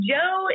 Joe